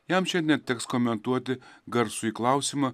jam šiandien teks komentuoti garsųjį klausimą